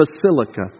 Basilica